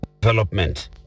development